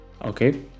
Okay